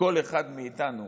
כל אחד מאיתנו: